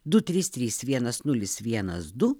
du trys trys vienas nulis vienas du